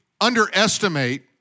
underestimate